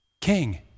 king